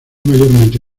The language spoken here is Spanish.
mayormente